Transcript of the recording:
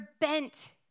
bent